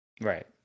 Right